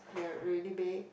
they are really big